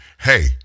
hey